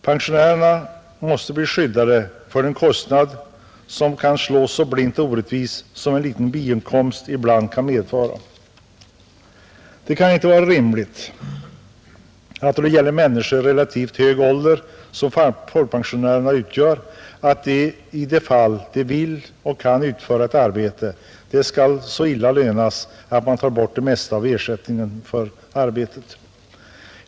Pensionärerna måste skyddas från en kostnad, som kan slå så blint och orättvist som en liten biinkomst ibland kan medföra. Då det gäller människor i så relativt hög ålder som pensionärerna kan det inte vara rimligt att de, när de vill och kan utföra ett arbete, skall så illa lönas att man tar bort det mesta av ersättningen för arbetet.